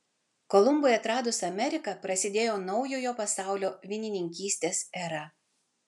kolumbui atradus ameriką prasidėjo naujojo pasaulio vynininkystės era